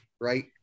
right